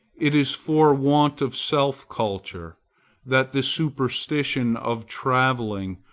it is for want of self-culture that the superstition of travelling,